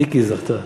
מיקי, היא זכתה.